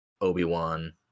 Obi-Wan